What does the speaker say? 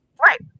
right